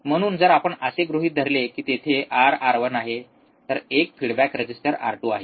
म्हणून जर आपण असे गृहित धरले की तेथे R R1 आहे तर एक फिडबॅक रेजिस्टर R2 आहे